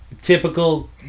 Typical